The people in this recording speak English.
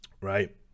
right